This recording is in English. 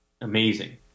amazing